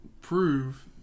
Prove